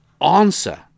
answer